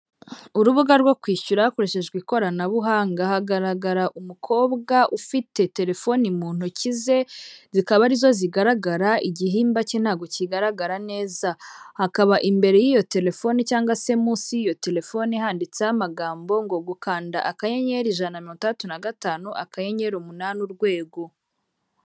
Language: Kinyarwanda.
Urubuga rwo kwishyura hakoreshejwe ikoranabuhanga, hagaragara umukobwa ufite telefoni mu ntoki ze, zikaba ari zo zigaragara igihimba cye ntabwo kigaragara neza, hakaba imbere y'iyo telefoni cyangwa se munsi y'iyo telefone handitseho amagambo ngo gukanda akanyeri ijana na mirongo itandatu na gatanu, akanyenyeri umunani urwego.